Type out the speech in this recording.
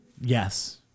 Yes